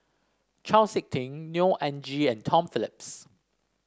Chau SiK Ting Neo Anngee and Tom Phillips